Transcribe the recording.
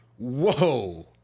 Whoa